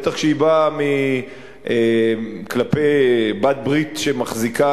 בטח כשהיא באה כלפי בעלת ברית שמחזיקה